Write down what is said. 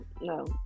no